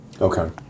Okay